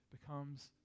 becomes